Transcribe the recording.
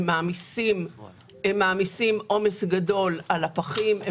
הם מעמיסים עומס גדול על הפחים,